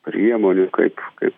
priemonių kaip kaip